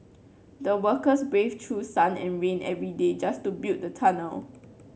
the workers braved through sun and rain every day just to build the tunnel